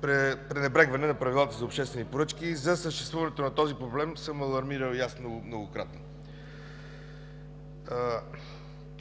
пренебрегване на правилата за обществените поръчки. За съществуването на този проблем съм алармирал и аз многократно.